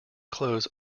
clothes